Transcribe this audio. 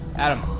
adam.